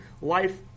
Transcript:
life